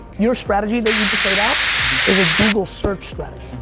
your strategy that you just laid out is a google search strategy.